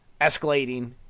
escalating